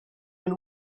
and